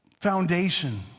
foundation